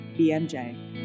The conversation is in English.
bmj